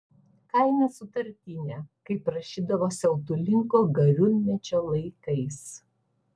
kaina sutartinė kaip rašydavo siautulingo gariūnmečio laikais